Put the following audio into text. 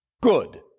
good